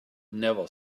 never